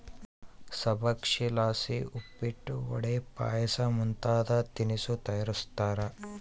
ಸಬ್ಬಕ್ಶಿಲಾಸಿ ಉಪ್ಪಿಟ್ಟು, ವಡೆ, ಪಾಯಸ ಮುಂತಾದ ತಿನಿಸು ತಯಾರಿಸ್ತಾರ